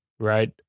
Right